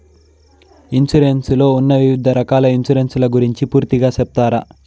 Insurance లో ఉన్న వివిధ రకాల ఇన్సూరెన్సు ల గురించి పూర్తిగా సెప్తారా?